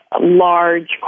large